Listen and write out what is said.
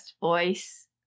voice